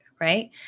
right